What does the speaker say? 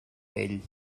ell